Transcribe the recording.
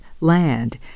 land